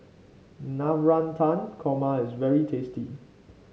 Navratan Korma is very tasty